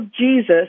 Jesus